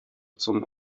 zum